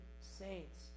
saints